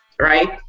right